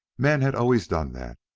men had always done that.